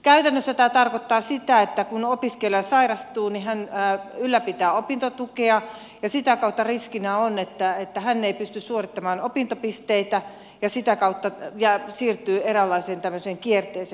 käytännössä tämä tarkoittaa sitä että kun opiskelija sairastuu hän ylläpitää opintotukea ja riskinä on että hän ei pysty suorittamaan opintopisteitä vaan sitä kautta siirtyy eräänlaiseen tämmöiseen kierteeseen